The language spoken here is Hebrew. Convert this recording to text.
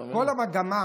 כל המגמה